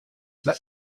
let